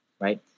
Right